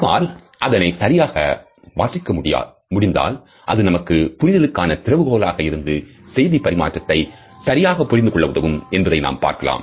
நம்மால் அதனை சரியாக வாசிக்க முடிந்தால் அது நமக்கு புரிதலுக்கான திறவுகோலாக இருந்து செய்தி பரிமாற்றத்தை சரியாக புரிந்துகொள்ள உதவும் என்பதை நாம் பார்க்கலாம்